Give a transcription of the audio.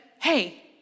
hey